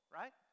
right